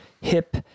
hip